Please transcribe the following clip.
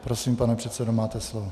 Prosím, pane předsedo, máte slovo.